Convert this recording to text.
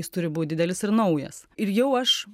jis turi būt didelis ir naujas ir jau aš